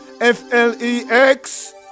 F-L-E-X